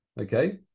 okay